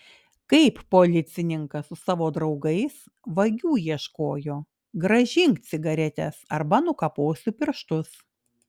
kaip policininkas su savo draugais vagių ieškojo grąžink cigaretes arba nukaposiu pirštus